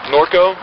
Norco